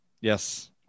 Yes